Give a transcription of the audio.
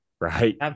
right